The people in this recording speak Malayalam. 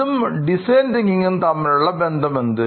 ഇതും ഡിസൈൻ തിങ്കിംഗ്എന്നതും നമ്മിലുള്ള ബന്ധം എന്ത്